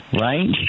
right